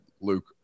Luke